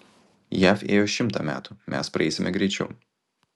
jav ėjo šimtą metų mes praeisime greičiau